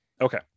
Okay